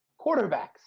quarterbacks